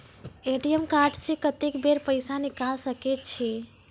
ATM card से कत्तेक बेर पैसा निकाल सके छी?